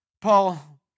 Paul